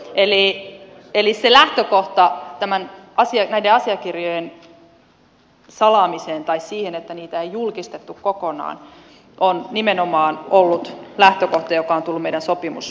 eli se lähtökohta näiden asiakirjojen salaamiseen tai siihen että niitä ei julkistettu kokonaan on nimenomaan ollut lähtökohta joka on tullut meidän sopimusosapuolilta